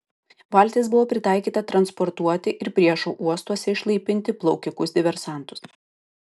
valtis buvo pritaikyta transportuoti ir priešo uostuose išlaipinti plaukikus diversantus